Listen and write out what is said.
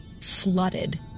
flooded